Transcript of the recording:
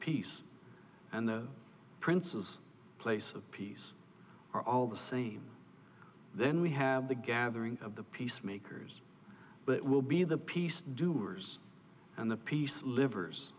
peace and the princes place of peace are all the same then we have the gathering of the peacemakers but it will be the peace doers and the peace livers